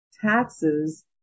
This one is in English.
taxes